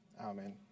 Amen